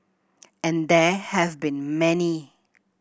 and there have been many